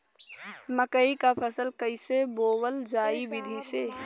मकई क फसल कईसे बोवल जाई विधि से?